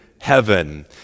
heaven